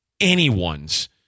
anyone's